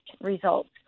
results